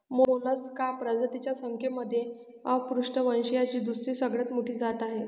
Mollusca प्रजातींच्या संख्येमध्ये अपृष्ठवंशीयांची दुसरी सगळ्यात मोठी जात आहे